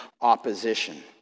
opposition